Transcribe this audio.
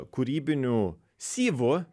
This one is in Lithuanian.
kūrybinių syvų